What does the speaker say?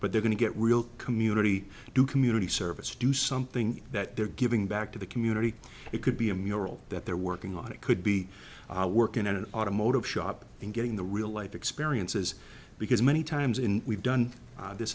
but they're going to get real community to community service do something that they're giving back to the community it could be a mural that they're working on it could be working in an automotive shop and getting the real life experiences because many times in we've done this